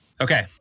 Okay